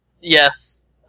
Yes